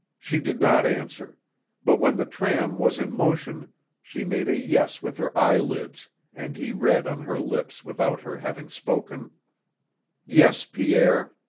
she did not answer but when the tram was in motion she made a yes with her eyelids and he read on her lips without her having spoken yes, pierre.